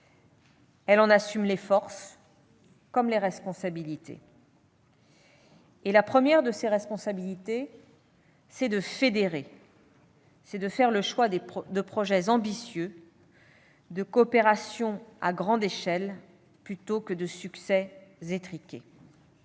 Elle en assume les forces, comme les responsabilités, au premier rang desquelles celle de fédérer, de faire le choix des projets ambitieux, des coopérations à grande échelle plutôt que des succès étriqués.